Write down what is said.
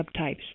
subtypes